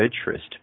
interest